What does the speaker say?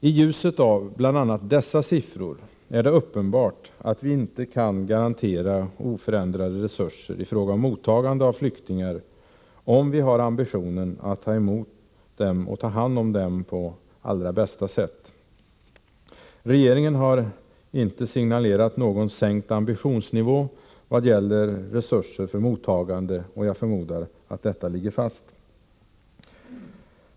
I ljuset av bl.a. dessa siffror är det uppenbart att vi icke kan garantera oförändrade resurser i fråga om mottagande av flyktingar, om vi har ambitionen att ta emot och ta hand om dem på allra bästa sätt. Regeringen har ännu inte signalerat någon sänkt ambitionsnivå i vad gäller resurser för mottagande, och jag förmodar att inriktningen därvidlag ligger fast.